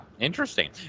interesting